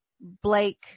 Blake